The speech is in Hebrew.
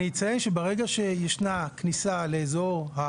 ואני אציין שברגע שישנה כניסה לאזור,